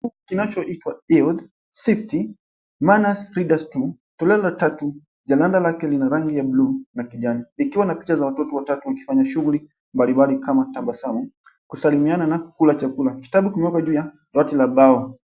...kinachoitwa, Health, Safety Manners, Readesr 2, Toleo la Tatu, jalanda lake lina rangi ya blue na kijani. Likiwa na picha za watoto watatu wakifanya shughuli mbalimbali kama tabasamu, kusalimiana na kula chakula. Kitabu kimewekwa juu ya dawati la bao.